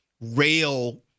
rail